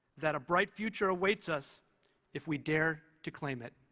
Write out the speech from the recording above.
that a bright future awaits us if we dare to claim it.